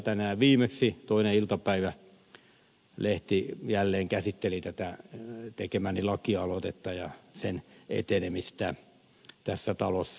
tänään viimeksi toinen iltapäivälehti jälleen käsitteli tätä tekemääni lakialoitetta ja sen etenemistä tässä talossa